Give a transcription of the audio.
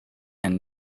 and